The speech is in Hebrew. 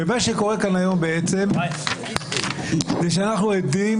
ומה שקורה כאן היום בעצם זה שאנחנו עדים